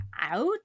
out